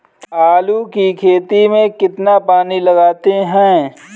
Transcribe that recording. आलू की खेती में कितना पानी लगाते हैं?